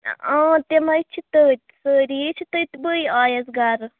آ تِم حظ چھِ تٔتۍ سٲری ہَے چھِ تٔتۍ بٕے آیَس گَرٕ